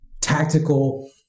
tactical